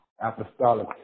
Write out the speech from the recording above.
apostolic